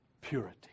purity